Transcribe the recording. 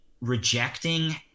rejecting